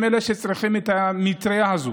הם אלה שצריכים את המטרייה הזאת,